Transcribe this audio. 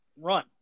run